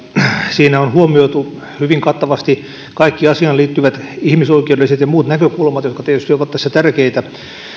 siinä on huomioitu hyvin kattavasti kaikki asiaan liittyvät ihmisoikeudelliset ja muut näkökulmat jotka tietysti ovat tässä tärkeitä